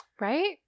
Right